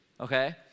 okay